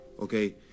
Okay